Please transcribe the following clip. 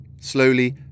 Slowly